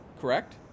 correct